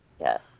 Yes